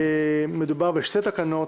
מדובר בשתי תקנות: